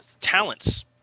Talents